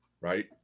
right